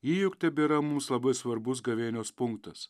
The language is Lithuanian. ji juk tebėra mums labai svarbus gavėnios punktas